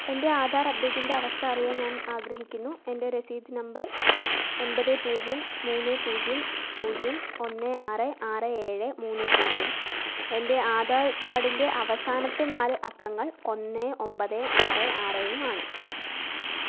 എൻ്റെ ആധാർ അപ്ഡേറ്റിൻ്റെ അവസ്ഥ അറിയാൻ ഞാൻ ആഗ്രഹിക്കുന്നു എൻ്റെ രസീത് നമ്പർ ഒൻപത് പൂജ്യം മൂന്ന് പൂജ്യം പൂജ്യം ഒന്ന് ആറ് ആറ് ഏഴ് മൂന്ന് പൂജ്യം എൻ്റെ ആധാർ കാർഡിൻ്റെ അവസാനത്തെ നാല് അക്കങ്ങൾ ഒന്ന് ഒമ്പത് ആറ് ആറും ആണ്